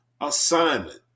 assignment